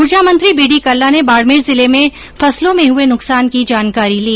ऊर्जा मंत्री B D Kalla ने बाडमेर जिले में फसलों में हुए नुकसान की जानकारी ली